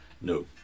no